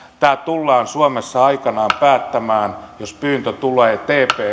tämä tullaan suomessa aikanaan päättämään jos pyyntö tulee tp